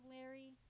Larry